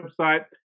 website